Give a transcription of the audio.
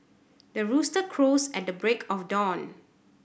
the rooster crows at the break of dawn